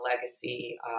legacy